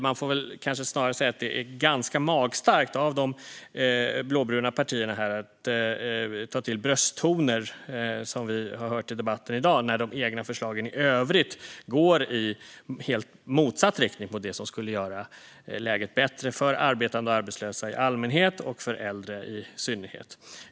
Man får väl snarare säga att det är ganska magstarkt av de blåbruna partierna att ta till brösttoner, vilket vi har hört i debatten i dag, när de egna förslagen i övrigt går i helt motsatt riktning mot det som skulle göra läget bättre för arbetande och arbetslösa i allmänhet och för äldre i synnerhet.